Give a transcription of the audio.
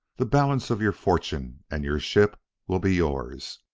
the balance of your fortune and your ship will be yours.